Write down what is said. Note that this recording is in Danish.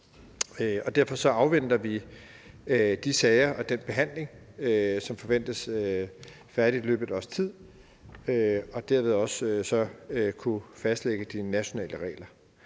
derfor afventer vi de sager og den behandling, som forventes færdig i løbet af et års tid, så vi derved kan fastlægge de nationale regler.